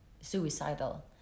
suicidal